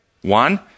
One